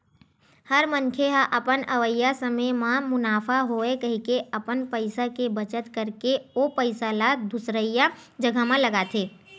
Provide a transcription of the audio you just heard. हर मनखे ह अपन अवइया समे म मुनाफा होवय कहिके अपन पइसा के बचत करके ओ पइसा ल दुसरइया जघा म लगाथे